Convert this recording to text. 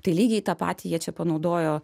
tai lygiai tą patį jie čia panaudojo